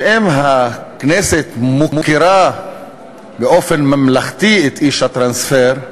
ואם הכנסת מוקירה באופן ממלכתי את איש הטרנספר,